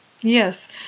Yes